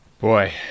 Boy